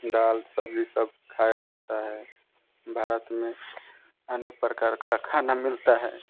चावल दाल सब यह सब खाया जाता है भारत में अनेक प्रकार का खाना मिलता है